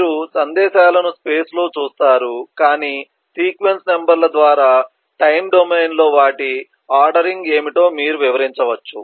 మీరు సందేశాలను స్పేస్ లో చూస్తారు కాని సీక్వెన్స్ నంబర్ల ద్వారా టైమ్ డొమైన్లో వాటి ఆర్డరింగ్ ఏమిటో మీరు వివరించవచ్చు